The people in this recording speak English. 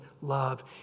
love